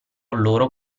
loro